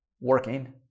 working